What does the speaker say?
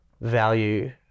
value